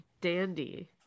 Dandy